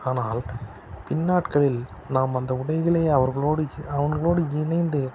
ஆனால் பின்நாட்களில் நாம் அந்த உடைகளை அவர்களோடு சே அவர்களோடு இணைந்து